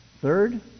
Third